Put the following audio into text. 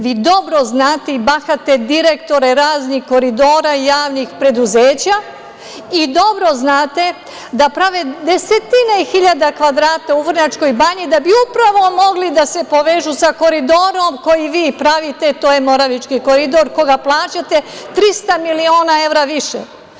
Vi dobro znate i bahate direktore raznih koridora, javnih preduzeća i dobro znate da prave desetine hiljada kvadrata u Vrnjačkoj Banji da bi upravo mogli da se povežu sa koridorom koji vi pravite, to je „Moravički koridor“ koji plaćate 300 miliona evra više.